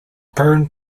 byrne